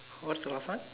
what's the last one